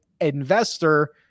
investor